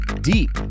deep